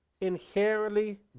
inherently